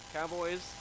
Cowboys